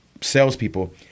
salespeople